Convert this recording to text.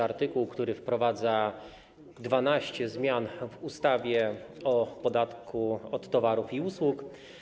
Art. 1 wprowadza 12 zmian w ustawie o podatku od towarów i usług.